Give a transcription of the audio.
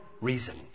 reason